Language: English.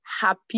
happy